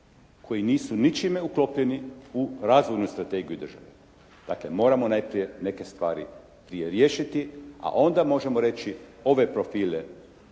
koji nisu ničime uklopljeni u razumnu Strategiju države. Dakle, moramo najprije neke stvari prije riješiti, a onda možemo reći ove profile